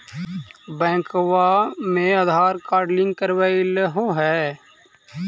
बैंकवा मे Aadhaar card link करवैलहो है?